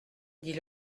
dit